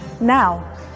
now